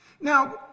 Now